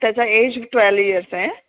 त्याचं age twelve years आहे